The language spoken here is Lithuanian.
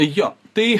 jo tai